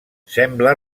sembla